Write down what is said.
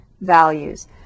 values